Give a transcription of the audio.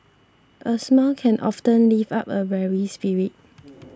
a smile can often lift up a weary spirit